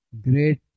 great